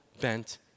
bent